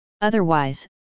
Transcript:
Otherwise